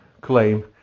claim